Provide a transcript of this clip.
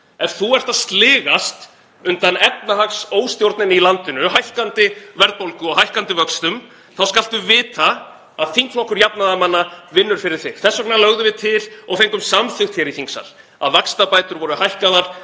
Ef þú ert að sligast undan efnahagsóstjórninni í landinu, hækkandi verðbólgu og hækkandi vöxtum, þá skaltu vita að þingflokkur jafnaðarmanna vinnur fyrir þig. Þess vegna lögðum við til og fengum samþykkt hér í þingsal að vaxtabætur voru hækkaðar